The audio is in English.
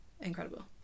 incredible